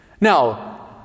Now